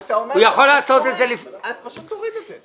אז פשוט תוריד את זה.